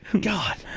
God